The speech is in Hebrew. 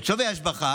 את שווי ההשבחה